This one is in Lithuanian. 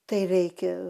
tai reikia